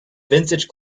vintage